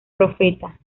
profeta